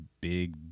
big